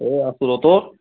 এই আছোঁ ৰহ্ তোৰ